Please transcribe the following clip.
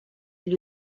gli